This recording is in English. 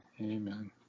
amen